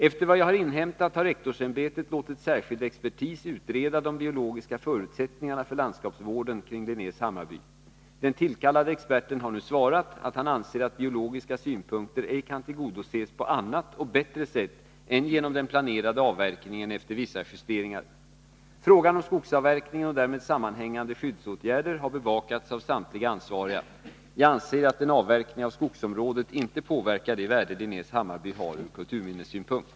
Efter vad jag har inhämtat har rektorsämbetet låtit särskild expertis utreda de biologiska förutsättningarna för landskapsvården kring Linnés Hammarby. Den tillkallade experten har nu svarat att han anser att biologiska synpunkter ej kan tillgodoses på annat och bättre sätt än genom den planerade avverkningen efter vissa justeringar. Frågan om skogsavverkningen och därmed sammanhängande skyddsåtgärder har bevakats av samtliga ansvariga. Jag anser att en avverkning av skogsområdet inte påverkar det värde Linnés Hammarby har ur kulturminnessynpunkt.